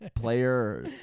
player